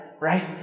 right